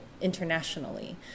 internationally